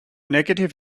negative